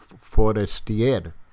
Forestier